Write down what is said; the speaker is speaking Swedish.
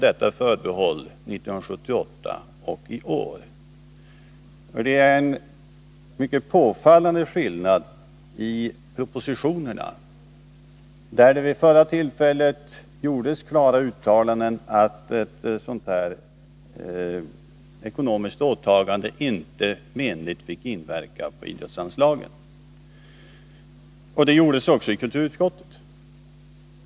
Det är en mycket påfallande skillnad i propositionerna. Vid det förra tillfället gjordes bara uttalanden om att ett sådant här ekonomiskt åtagande inte menligt fick inverka på idrottsanslagen. Detta framhölls också i kulturutskottet.